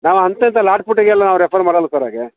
ನಾವು ಅಂಥೆಂಥ ಲಾಟ್ಪೂಟಿಗೆಲ್ಲ ರೆಫರ್ ಮಾಡಲ್ಲಾ ಸರ್ ಹಾಗೆ